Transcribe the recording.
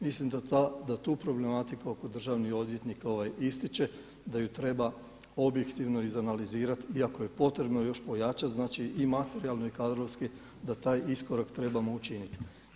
Mislim da tu problematiku oko državnih odvjetnika ovaj ističe da ju treba objektivno iz analizirat i ako je potrebno još pojačat znači i materijalno i kadrovski da taj iskorak trebamo učiniti.